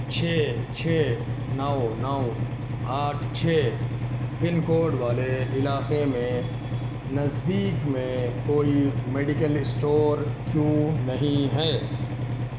چھ چھ نو نو آٹھ چھ پن کوڈ والے علاقے میں نزدیک میں کوئی میڈیکل اسٹور کیوں نہیں ہے